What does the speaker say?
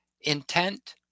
intent